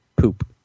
poop